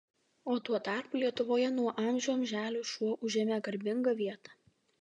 o tuo tarpu lietuvoje nuo amžių amželių šuo užėmė garbingą vietą